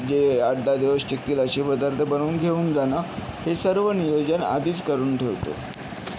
जे आठ दहा दिवस टिकतील असे पदार्थ बनवून घेऊन जाणं हे सर्व नियोजन आधीच करून ठेवतो